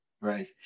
Right